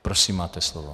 Prosím, máte slovo.